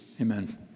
amen